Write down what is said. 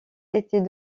était